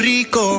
Rico